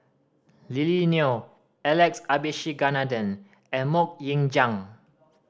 Lily Neo Alex Abisheganaden and Mok Ying Jang